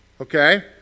Okay